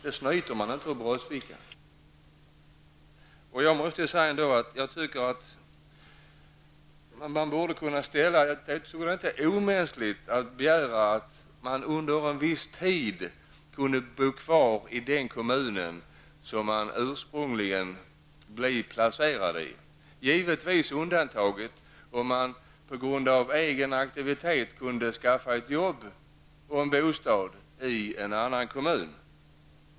Jag anser det inte vara omänskligt att begära att flyktingar under en viss tid bor kvar i den kommun som de ursprungligen är placerade i. Det skall givetvis göras undantag för de flyktingar som själva kan skaffa ett arbete och en bostad i en annan kommun.